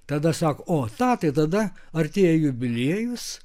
tada sako otą tai tada artėja jubiliejus